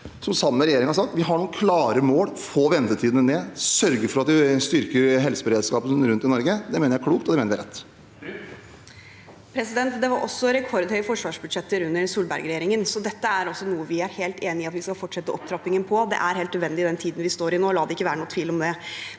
som – sammen med regjeringen – har sagt at vi har noen klare mål: å få ventetidene ned og sørge for at vi styrker helseberedskapen rundt i Norge. Det mener jeg er klokt, og det mener jeg er rett. Tina Bru (H) Det var også rekordhøye forsvarsbudsjetter under Solberg-regjeringen, så dette er noe vi er helt enig i at vi skal fortsette opptrappingen av. Det er helt nødvendig i den tiden vi står i nå. La det ikke være noen tvil om det.